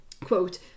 quote